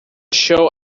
show